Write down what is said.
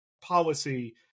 policy